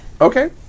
Okay